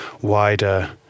wider